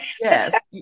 yes